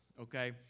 okay